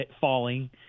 falling